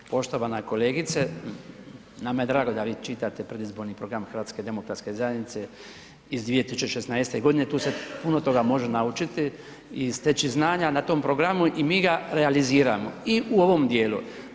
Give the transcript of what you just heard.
Poštovana kolegice, nama je drago da vi čitate predizborni program HDZ-a iz 2016.g., tu se puno toga može naučiti i steći znanja na tom programu i mi ga realiziramo i u ovom dijelu.